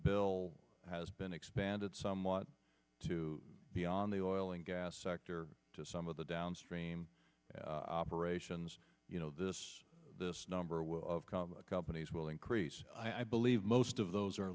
bill has been expanded somewhat to beyond the oil and gas sector to some of the downstream operations you know this this number of companies will increase i believe most of those are